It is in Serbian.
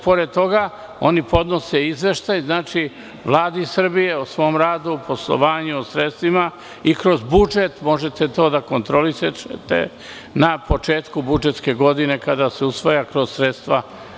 Pored toga, oni podnose izveštaj Vladi Srbije o svom radu, poslovanju od sredstvima, i kroz budžet možete to da kontrolišete, na početku budžetske godine, kada se usvaja kroz sredstva.